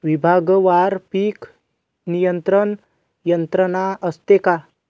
विभागवार पीक नियंत्रण यंत्रणा असते का?